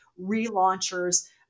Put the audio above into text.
relaunchers